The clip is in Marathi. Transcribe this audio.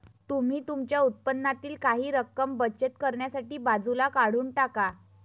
तुम्ही तुमच्या उत्पन्नातील काही रक्कम बचत करण्यासाठी बाजूला काढून टाका